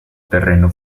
terreno